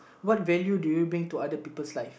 what value do you bring to other people's life